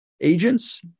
Agents